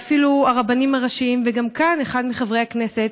אפילו הרבנים הראשיים, וגם כאן אחד מחברי הכנסת,